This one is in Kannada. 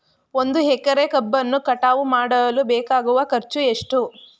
ಒಂದು ಎಕರೆ ಕಬ್ಬನ್ನು ಕಟಾವು ಮಾಡಲು ಬೇಕಾಗುವ ಖರ್ಚು ಎಷ್ಟು?